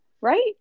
Right